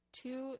two